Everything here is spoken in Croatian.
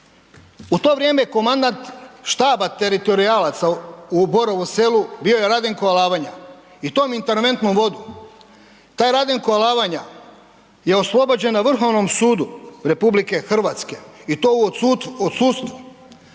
u to vrijeme komandant štaba teritorijalaca u Borovu selu bio je Radenko Alavanja, i tom interventnom vodu taj Radenko Alavanja je oslobođen na Vrhovnom sudu Republike Hrvatske, i to u odsustvu,